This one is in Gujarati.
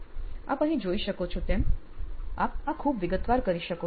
આપ અહીં જોઈ શકો છો તેમ આપ આ ખુબ વિગતવાર કરી શકો છો